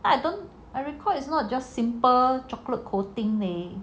I don't I recall it is not just simple chocolate coating leh